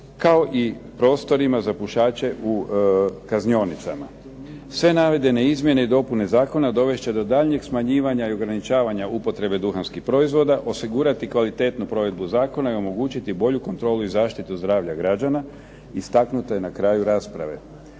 kao i prostorima za pušače u kaznionicama. Sve navedene izmjene i dopune zakona dovest će do daljnjeg smanjivanja i ograničavanja upotrebe duhanskih proizvoda, osigurati kvalitetnu provedbu zakona i omogućiti bolju kontrolu i zaštitu zdravlja građana, istaknuto je na kraju rasprave.